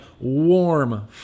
warm